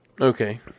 Okay